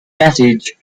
message